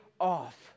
off